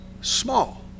small